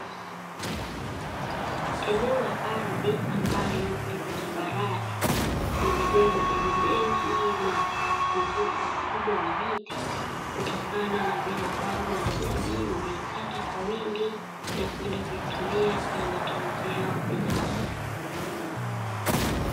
Eneo la ardhi ambalo liko tambarare limejaa majani mengi na upungufu mkubwa wa miti, kutokana na vile ambavyo wanajamii wameikata kwa wingi na kwenda kuitumia kwenye matumizi yao binafsi.